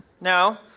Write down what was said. Now